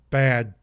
bad